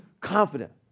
confident